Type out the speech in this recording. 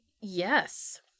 yes